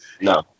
No